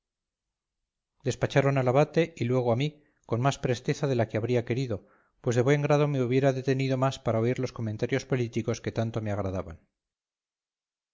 despacharon al abate y luego a mí con más presteza de la que habría querido pues de buen grado me hubiera detenido más para oír los comentarios políticos que tanto me agradaban